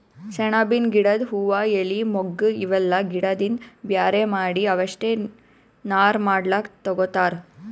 ಸೆಣಬಿನ್ ಗಿಡದ್ ಹೂವಾ ಎಲಿ ಮೊಗ್ಗ್ ಇವೆಲ್ಲಾ ಗಿಡದಿಂದ್ ಬ್ಯಾರೆ ಮಾಡಿ ಅವಷ್ಟೆ ನಾರ್ ಮಾಡ್ಲಕ್ಕ್ ತಗೊತಾರ್